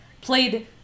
Played